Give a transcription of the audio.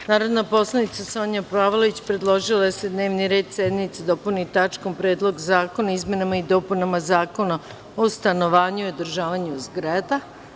Narodna poslanica Sonja Pavlović predložila je da se dnevni red sednice dopuni tačkom – Predlog zakona o izmenama i dopunama Zakona o stanovanju i održavanju zgrada.